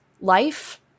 life